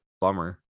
bummer